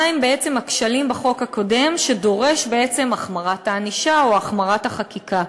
מה הם בעצם הכשלים בחוק הקודם שדורשים את החמרת הענישה או החמרת החקיקה.